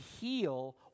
heal